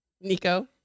Nico